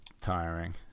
tiring